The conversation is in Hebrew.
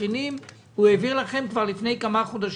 התבחינים כבר לפני כמה חודשים.